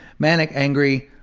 manic, angry,